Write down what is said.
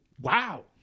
Wow